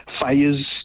fires